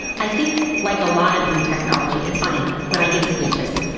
i think, like a lot of new technology, it's funny, when i give speeches,